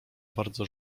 bardzo